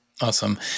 Awesome